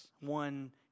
one